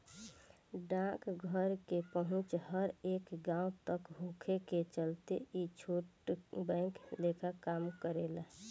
डाकघर के पहुंच हर एक गांव तक होखे के चलते ई छोट बैंक लेखा काम करेला